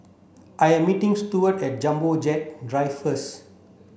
I am meeting Steward at Jumbo Jet Drive first